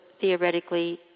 theoretically